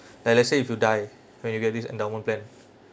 like let's say if you die when you get this endowment plan